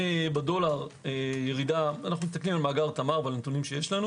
בדולר, מאגר תמר, הנתונים שיש לנו